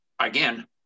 again